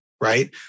right